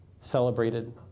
celebrated